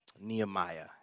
Nehemiah